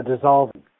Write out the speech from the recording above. Dissolving